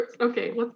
Okay